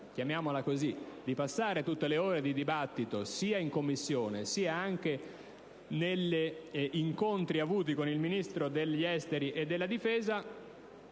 chiamiamola così - di passare tutte le ore di dibattito sia in Commissione sia anche negli incontri avuti con i Ministri degli affari esteri e della difesa,